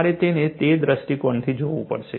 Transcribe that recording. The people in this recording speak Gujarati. તમારે તેને તે દ્રષ્ટિકોણથી જોવું પડશે